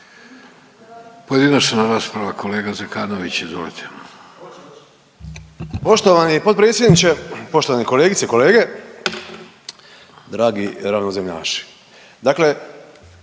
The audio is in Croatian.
Pojedinačna rasprava kolega Zekanović, izvolite.